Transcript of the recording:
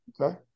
Okay